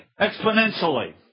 exponentially